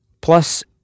Plus